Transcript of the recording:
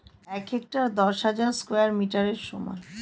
এক হেক্টার দশ হাজার স্কয়ার মিটারের সমান